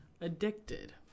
Addicted